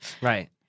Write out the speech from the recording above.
Right